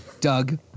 Doug